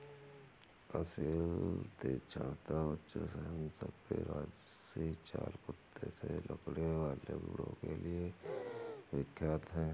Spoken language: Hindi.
असील तीक्ष्णता, उच्च सहनशक्ति राजसी चाल कुत्ते से लड़ने वाले गुणों के लिए विख्यात है